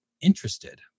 interested